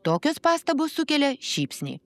tokios pastabos sukelia šypsnį